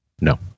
No